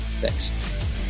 Thanks